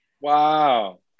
Wow